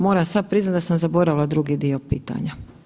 Moram sad priznati da sam zaboravila drugi dio pitanja.